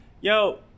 yo